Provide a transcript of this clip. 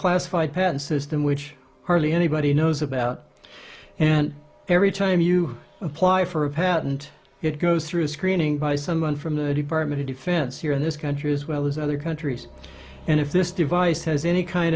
classified patent system which hardly anybody knows about and every time you apply for a patent it goes through screening by someone from the department of defense here in this country as well as other countries and if this device has any kind